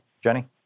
Jenny